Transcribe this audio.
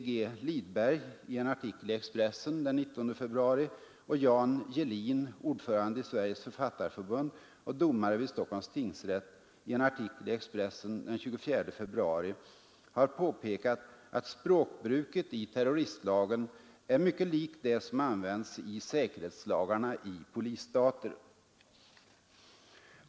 G. Lidberg i en artikel i Expressen den 19 februari och Jan Gehlin, ordförande i Sveriges författarförbund och domare vid Stockholms tingsrätt, i en artikel i Expressen den 24 februari har påpekat att språkbruket i terroristlagen är mycket likt det som används i säkerhetslagarna i polisstater.